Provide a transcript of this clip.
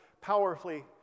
powerfully